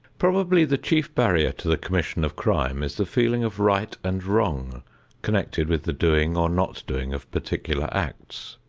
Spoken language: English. probably the chief barrier to the commission of crime is the feeling of right and wrong connected with the doing or not doing of particular acts.